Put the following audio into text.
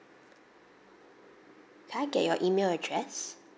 can I get your email address